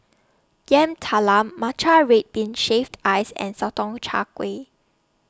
Yam Talam Matcha Red Bean Shaved Ice and Sotong Char Kway